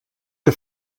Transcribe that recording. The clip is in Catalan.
que